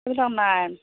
সেইবিলাক নাই